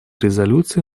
резолюций